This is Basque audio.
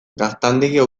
gaztandegia